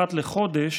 אחת לחודש,